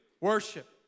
worship